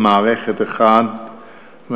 למערכת אחת.